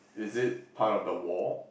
is it part of the wall